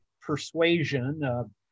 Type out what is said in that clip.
persuasion